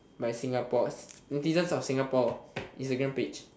by Singapore netizens of Singapore instagram page